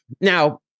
Now